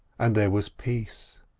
and there was peace.